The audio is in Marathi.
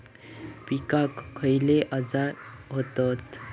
पिकांक खयले आजार व्हतत?